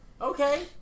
Okay